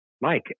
Mike